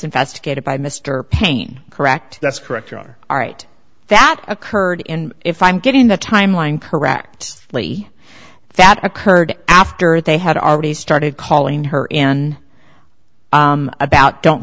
investigated by mr paine correct that's correct you're right that occurred in if i'm getting the timeline correct lady that occurred after they had already started calling her and about don't